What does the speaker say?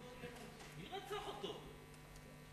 מי רצח אותו?